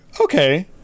okay